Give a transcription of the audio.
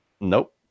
Nope